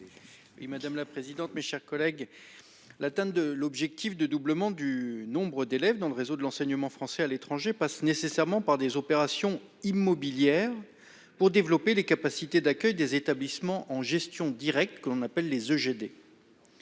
Madame la présidente, mes chers collègues. L'atteinte de l'objectif de doublement du nombre d'élèves dans le réseau de l'enseignement français à l'étranger passe nécessairement par des opérations immobilières pour développer les capacités d'accueil des établissements en gestion directe qu'on appelle les